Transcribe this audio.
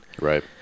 Right